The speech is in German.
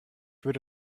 würde